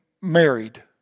married